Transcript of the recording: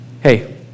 Hey